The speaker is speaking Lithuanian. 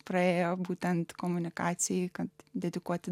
praėjo būtent komunikacijai kad dedikuoti